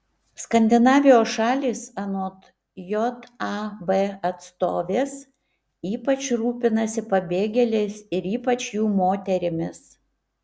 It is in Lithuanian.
skandinavijos šalys anot jav atstovės ypač rūpinasi pabėgėliais ir ypač jų moterimis